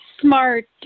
smart